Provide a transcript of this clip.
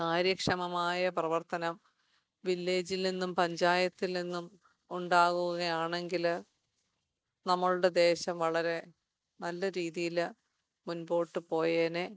കാര്യക്ഷമമായ പ്രവർത്തനം വില്ലേജിൽനിന്നും പഞ്ചായത്തിൽ നിന്നും ഉണ്ടാകുകയാണെങ്കില് നമ്മളുടെ ദേശം വളരെ നല്ല രീതിയില് മുമ്പോട്ട് പോയേനെ